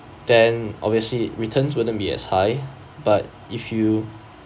then obviously returns wouldn't be as high but if you